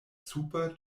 super